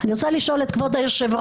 אני רוצה לשאול את כבוד היושב-ראש,